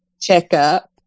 checkup